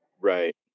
Right